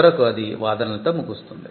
చివరకు అది వాదనలతో ముగుస్తుంది